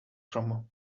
from